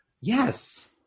yes